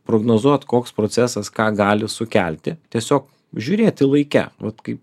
prognozuot koks procesas ką gali sukelti tiesiog žiūrėti laike vat kai